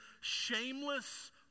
shameless